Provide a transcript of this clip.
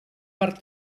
per